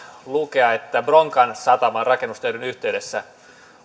lukea että bronkan sataman rakennustöiden yhteydessä